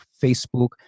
Facebook